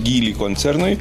gylį koncernui